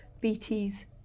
BT's